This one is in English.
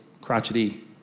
crotchety